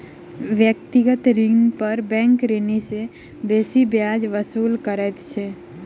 व्यक्तिगत ऋण पर बैंक ऋणी सॅ बेसी ब्याज वसूल करैत अछि